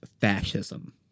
Fascism